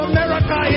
America